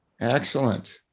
Excellent